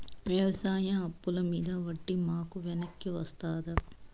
వ్యవసాయ అప్పుల మీద వడ్డీ మాకు వెనక్కి వస్తదా?